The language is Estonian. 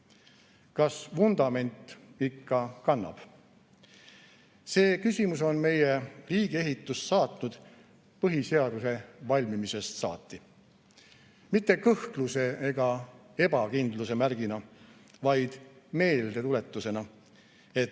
Kas vundament ikka kannab? See küsimus on meie riigiehitust saatnud põhiseaduse valmimisest saati – mitte kõhkluse ega ebakindluse märgina, vaid meeldetuletusena, et